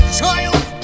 child